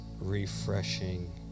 refreshing